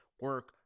Work